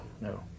no